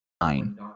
Nine